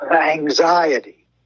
anxiety